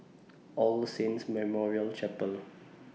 All Saints Memorial Chapel